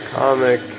Comic